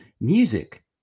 music